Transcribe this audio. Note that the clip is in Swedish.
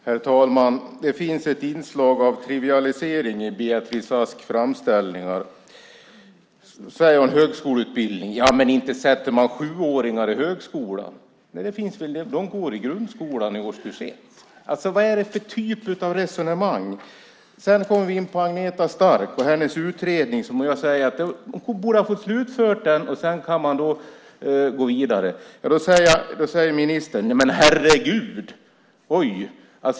Herr talman! Det finns ett inslag av trivialisering i Beatrice Asks framställningar. Hon säger om högskoleutbildning: Inte sätter man sjuåringar i högskolan. Nej, de går i grundskolan, i årskurs 1. Vad är det för typ av resonemang? Sedan kommer vi in på Agneta Stark och hennes utredning. Jag säger att hon borde ha fått slutföra den, och sedan kan man gå vidare. Då säger ministern: Herregud!